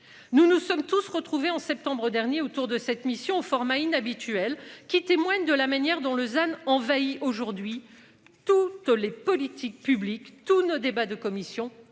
Nous nous sommes tous retrouvés en septembre dernier, autour de cette mission format inhabituel qui témoigne de la manière dont Lausanne envahi aujourd'hui toutes les politiques publiques tous nos débats de commission